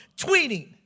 tweeting